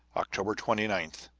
october twenty nine,